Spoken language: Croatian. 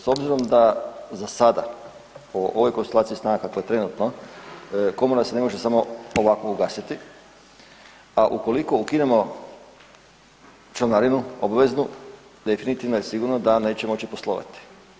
S obzirom da za sada po ovoj konsilaciji stranaka koja je trenutno komora se ne može samo ovako ugasiti, a ukoliko ukidamo članarinu obveznu definitivno je sigurno da neće moći poslovati.